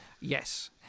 Yes